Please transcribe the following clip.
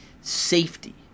safety